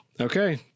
Okay